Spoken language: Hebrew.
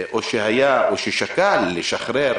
או שקל לשחרר,